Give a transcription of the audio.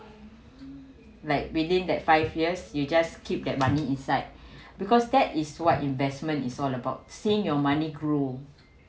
like within that five years you just keep that money inside because that is what investment is all about seeing your money grew